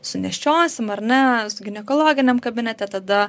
su nėščiosiom ar ne su ginekologiniam kabinete tada